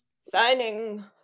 signing